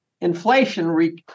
Inflation